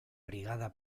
brigada